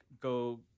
go